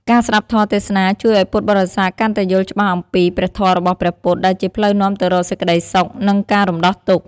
ការស្ដាប់ធម៌ទេសនាជួយឱ្យពុទ្ធបរិស័ទយល់កាន់តែច្បាស់អំពីព្រះធម៌របស់ព្រះពុទ្ធ ដែលជាផ្លូវនាំទៅរកសេចក្តីសុខ និងការរំដោះទុក្ខ។